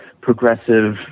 progressive